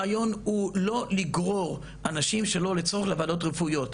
הרעיון הוא לא לגרור אנשים שלא לצורך לוועדות רפואיות,